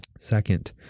second